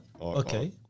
Okay